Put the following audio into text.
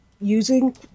using